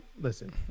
Listen